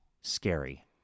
scary